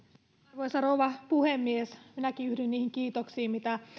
arvoisa rouva puhemies minäkin yhdyn niihin kiitoksiin mitä